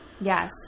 yes